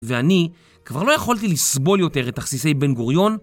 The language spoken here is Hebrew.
ואני כבר לא יכולתי לסבול יותר את תכסיסי בן גוריון